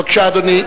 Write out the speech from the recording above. בבקשה, אדוני.